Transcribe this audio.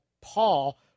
Paul